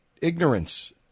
ignorance